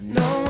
no